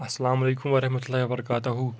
اَسلامَ عَلیکُم وَرحمَتُ اللّٰہِ وَبَرَکاتَہُ